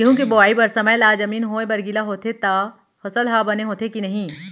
गेहूँ के बोआई बर समय ला जमीन होये बर गिला होथे त फसल ह बने होथे की नही?